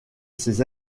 ces